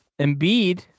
Embiid